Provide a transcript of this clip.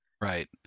Right